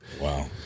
Wow